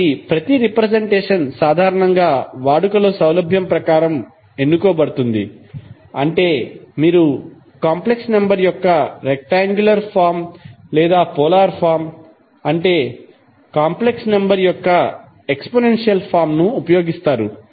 కాబట్టి ప్రతి రిప్రెసెంటేషన్ సాధారణంగా వాడుకలో సౌలభ్యం ప్రకారం ఎన్నుకోబడుతుంది అంటే మీరు కాంప్లెక్స్ నెంబర్ యొక్క రెక్టాంగులర్ ఫార్మ్ లేదా పోలార్ ఫార్మ్ అంటే కాంప్లెక్స్ నెంబర్ యొక్క ఎక్స్పొనెన్షియల్ ఫార్మ్ ను ఉపయోగిస్తారు